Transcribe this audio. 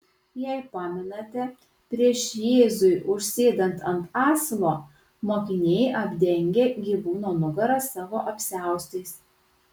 jei pamenate prieš jėzui užsėdant ant asilo mokiniai apdengia gyvūno nugarą savo apsiaustais